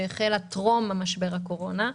שהחלה טרום משבר הקורונה,